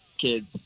kids